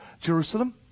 Jerusalem